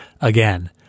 Again